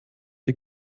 die